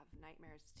nightmares